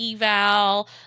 eval